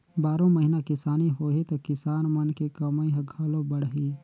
बारो महिना किसानी होही त किसान मन के कमई ह घलो बड़ही